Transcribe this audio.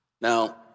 Now